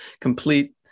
Complete